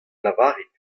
lavarit